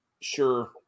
Sure